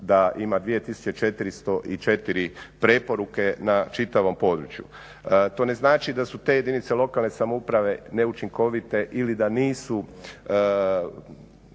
da ima 2404 preporuke na čitavom području. To ne znači da su te jedinice lokalne samouprave neučinkovite ili da nisu